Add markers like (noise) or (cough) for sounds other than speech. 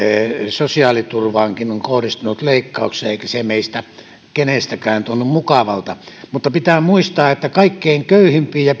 sosiaaliturvaankin on kohdistunut leikkauksia eikä se meistä kenestäkään tunnu mukavalta mutta pitää muistaa että kaikkein köyhimmille pienituloisimmille ja (unintelligible)